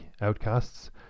outcasts